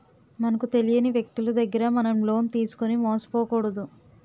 మనకు తెలియని వ్యక్తులు దగ్గర మనం లోన్ తీసుకుని మోసపోకూడదు